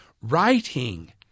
Writing